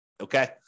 okay